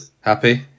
Happy